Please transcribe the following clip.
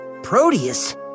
Proteus